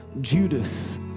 Judas